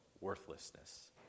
worthlessness